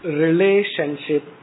relationship